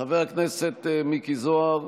חבר הכנסת מיקי זוהר,